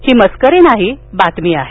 ही मस्करी नाही बातमी आहे